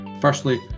Firstly